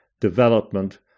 development